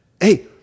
Hey